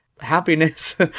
happiness